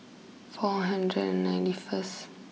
four hundred and ninety first